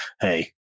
Hey